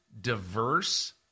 diverse